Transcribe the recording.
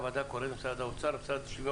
הוועדה קוראת למשרד האוצר ולמשרד לשוויון